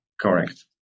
correct